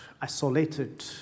isolated